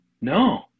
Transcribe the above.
No